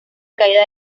caída